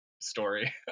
story